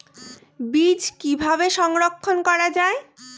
বীজ কিভাবে সংরক্ষণ করা যায়?